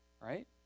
Right